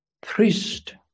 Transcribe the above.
priest